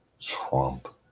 trump